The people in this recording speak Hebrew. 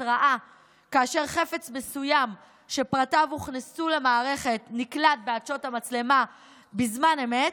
התראה כאשר חפץ מסוים שפרטיו הוכנסו למערכת נקלט בעדשות המצלמה בזמן אמת,